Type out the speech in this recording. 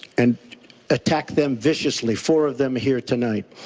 and attacked them viciously, four of them here tonight.